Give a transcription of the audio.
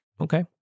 Okay